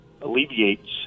alleviates